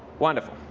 wonderful.